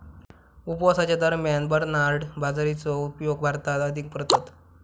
उपवासाच्या दरम्यान बरनार्ड बाजरीचो उपयोग भारतात अधिक करतत